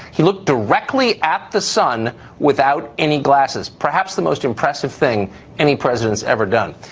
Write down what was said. he looked directly at the sun without any glasses. perhaps the most impressive thing any president's ever done.